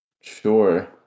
Sure